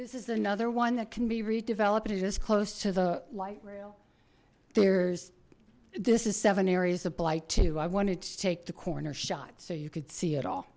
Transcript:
this is another one that can be redeveloped it as close to the light rail there's this is seven areas of blight i wanted to take the corner shot so you could see it all